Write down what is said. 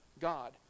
God